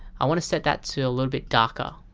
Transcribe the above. i want to set that to a little bit darker.